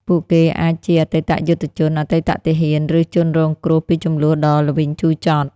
ពួកគេអាចជាអតីតយុទ្ធជន អតីតទាហាន ឬជនរងគ្រោះពីជម្លោះដ៏ល្វីងជូរចត់។